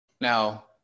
Now